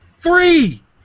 Three